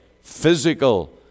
physical